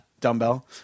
dumbbell